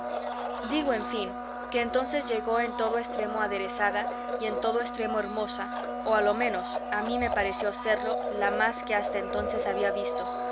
digo en fin que entonces llegó en todo estremo aderezada y en todo estremo hermosa o a lo menos a mí me pareció serlo la más que hasta entonces había visto